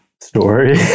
story